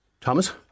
Thomas